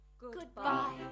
Goodbye